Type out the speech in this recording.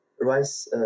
rice